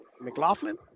McLaughlin